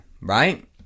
right